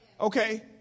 Okay